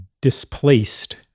displaced